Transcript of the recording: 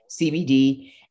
CBD